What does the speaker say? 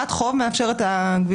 רק חוב מעבירת חוב מאפשר את הגבייה,